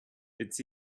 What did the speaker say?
its